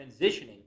transitioning